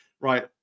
right